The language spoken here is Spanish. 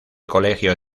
colegio